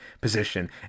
position